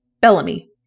Bellamy